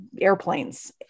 airplanes